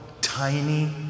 Tiny